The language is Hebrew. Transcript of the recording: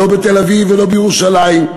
לא בתל-אביב ולא בירושלים,